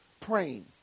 praying